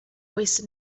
wasted